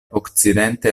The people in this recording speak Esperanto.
okcidente